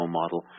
model